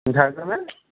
ঝাড়গ্রামের